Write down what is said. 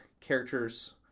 characters